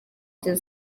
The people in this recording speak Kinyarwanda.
kugera